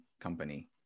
company